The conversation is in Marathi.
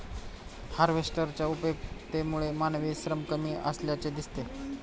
हार्वेस्टरच्या उपयुक्ततेमुळे मानवी श्रम कमी असल्याचे दिसते